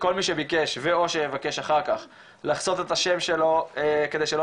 כל מי שביקש ו/או יבקש אחר כך לחסות את השם שלו כדי שלא